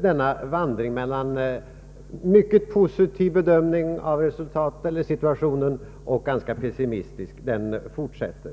denna vandring mellan mycket positiv bedömning av situationen och en ganska pessimistisk fortsätter.